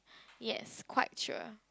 yes quite sure